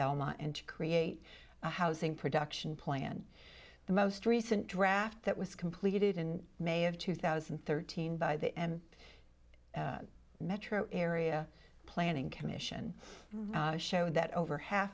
belmont and to create a housing production plan the most recent draft that was completed in may of two thousand and thirteen by the end metro area planning commission showed that over half